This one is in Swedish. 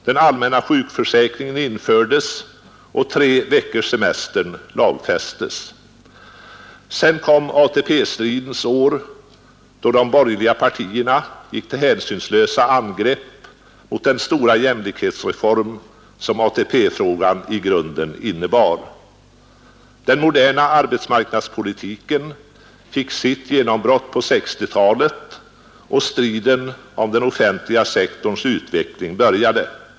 Den allmänna sjukförsäkringen infördes och treveckorssemestern lagfästes. Sedan kom ATP-stridens år, då de borgerliga partierna gick till hänsynslösa angrepp mot den stora jämlikhetsreform som ATP-frågan i grunden innebar. Den moderna arbetsmarknadspolitiken fick sitt genombrott på 1960-talet, och striden om den offentliga sektorns utveckling började.